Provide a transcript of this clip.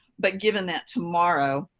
but given that tomorrow,